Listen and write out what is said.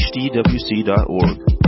hdwc.org